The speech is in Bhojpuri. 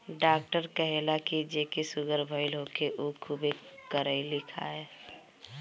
डॉक्टर कहेला की जेके सुगर भईल होखे उ खुबे करइली खाए